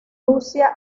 rusia